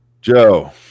Joe